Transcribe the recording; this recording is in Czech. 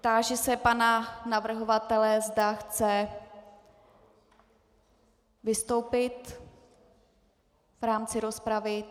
Táži se pana navrhovatele, zda chce vystoupit v rámci rozpravy.